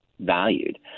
valued